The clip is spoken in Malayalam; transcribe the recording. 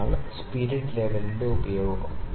ഇതാണ് സ്പിരിറ്റ് ലെവലിന്റെ ഉപയോഗം